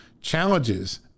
challenges